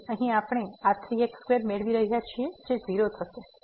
તેથી અહીં આપણે આ 3 x2 મેળવી રહ્યા છીએ જે 0 થશે